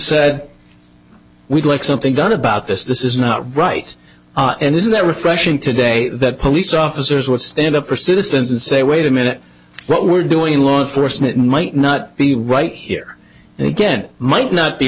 said we'd like something done about this this is not right and this is that refreshing today that police officers would stand up for citizens and say wait a minute what we're doing in law enforcement might not be right here and again might not be